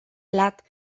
plat